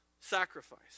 Sacrifice